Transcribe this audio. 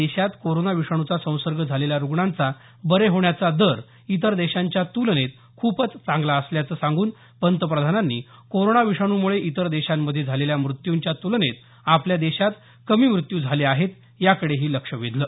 देशात कोरोना विषाणूचा संसर्ग झालेल्या रुग्णांचा बरे होण्याचा दर इतर देशांच्या तुलनेत खूपच चांगला असल्याचं सांगून पंतप्रधानांनी कोरोना विषाणूमुळे इतर देशांमध्ये झालेल्या मृत्यूंच्या तुलनेत आपल्या देशात कमी मृत्यू झाले आहेत याकडेही लक्ष वेधलं